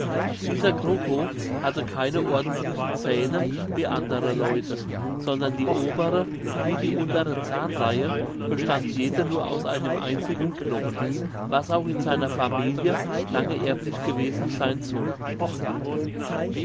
dieser krokow hatte keine ordentlichen zähne wie andere leute sondern die obere wie die untere zahnreihe bestand jede nur aus einem einzigen knochen was auch in seiner familie lange erblich gewesen sein soll